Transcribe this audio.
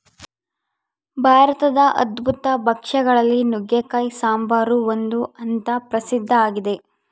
ಭಾರತದ ಅದ್ಭುತ ಭಕ್ಷ್ಯ ಗಳಲ್ಲಿ ನುಗ್ಗೆಕಾಯಿ ಸಾಂಬಾರು ಒಂದು ಅಂತ ಪ್ರಸಿದ್ಧ ಆಗಿದೆ